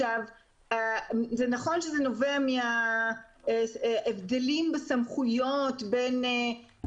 נכון שזה נובע מההבדלים בסמכויות בין